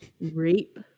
rape